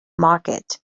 market